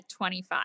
25